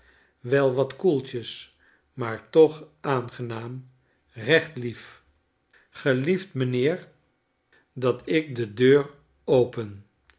wel wat koeltjes maar toch aangenaam recht lief gelieft mijnheer dat ik de deur open